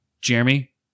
Jeremy